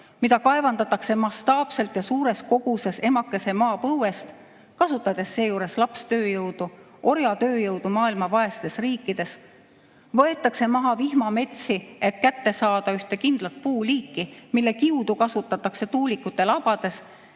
mida kaevandatakse mastaapselt ja suures koguses emakese Maa põuest, kasutades seejuures lapstööjõudu, orjatööjõudu maailma vaestes riikides. Võetakse maha vihmametsi, et kätte saada ühte kindlat puuliiki, mille kiudu kasutatakse tuulikute labade